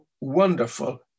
wonderful